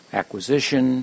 acquisition